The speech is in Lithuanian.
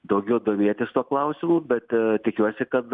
daugiau domėtis tuo klausimu bet tikiuosi kad